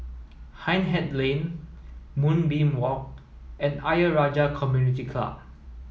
Hindhede Lane Moonbeam Walk and Ayer Rajah Community Club